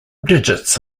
digits